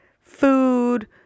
food